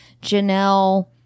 Janelle